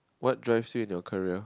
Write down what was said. what drives you in your career